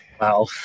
Wow